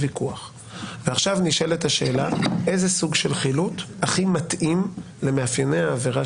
כעת נשאלת השאלה איזה סוג חילוט הכי מתאים למאפייני העבירה